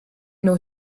know